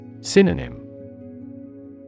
Synonym